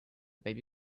baby